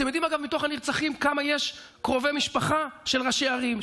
אתם יודעים כמה מתוך הנרצחים הם קרובי משפחה של ראשי ערים,